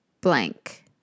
blank